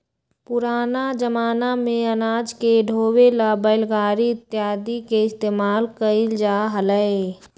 पुराना जमाना में अनाज के ढोवे ला बैलगाड़ी इत्यादि के इस्तेमाल कइल जा हलय